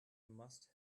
must